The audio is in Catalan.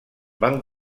van